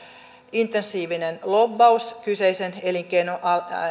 intensiivinen lobbaus kyseisen elinkeinoalan